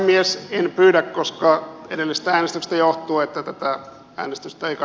en pyydä koska edellisestä äänestyksestä johtuu että tätä äänestystä ja